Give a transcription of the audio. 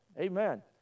amen